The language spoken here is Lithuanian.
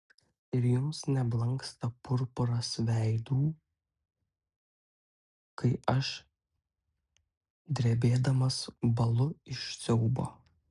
ir jums neblanksta purpuras veidų kai aš drebėdamas bąlu iš siaubo